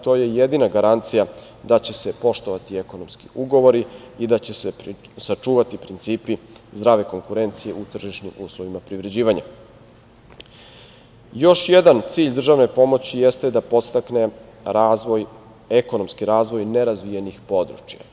To je jedina garancija da će se poštovati ekonomski ugovori i da će se sačuvati principi zdrave konkurencije u tržišnim uslovima privređivanja, Još jedan cilj državne pomoći jeste da podstakne ekonomski razvoj nerazvijenih područja.